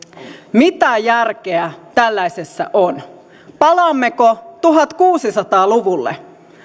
mitä järkeä tällaisessa on palaammeko tuhatkuusisataa luvulle